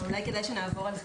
אולי כדאי שנעבור על הסעיף הזה,